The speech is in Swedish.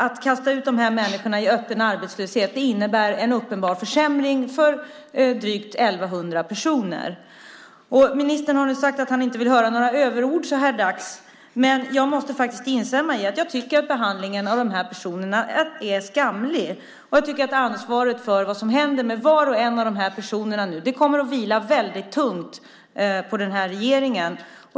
Att kasta ut de här människorna i öppen arbetslöshet innebär en uppenbar försämring för drygt 1 100 personer. Ministern har sagt att han inte vill höra några överord så här dags. Men jag måste instämma i att behandlingen av de här personerna är skamlig. Jag tycker att ansvaret för vad som händer med var och en av de här personerna kommer att vila tungt på regeringen.